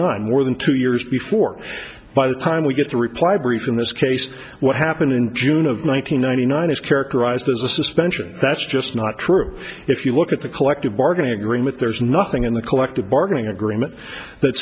nine more than two years before by the time we get the reply brief in this case what happened in june of one nine hundred ninety nine is characterized as a suspension that's just not true if you look at the collective bargaining agreement there's nothing in the collective bargaining agreement that